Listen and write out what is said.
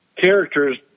characters